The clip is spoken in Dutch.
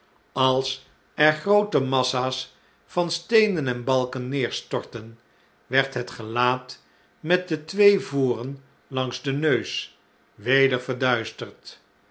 als er groote massa's van steenen en balken neerstortten werd het gelaat met de twee voren langs den neus weder verduisterd